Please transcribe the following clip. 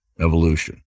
evolution